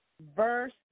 verse